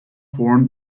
formed